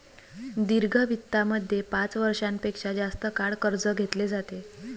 दीर्घ वित्तामध्ये पाच वर्षां पेक्षा जास्त काळ कर्ज घेतले जाते